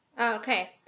Okay